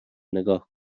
نگاه